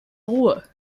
ruhr